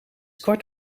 kwart